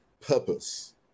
purpose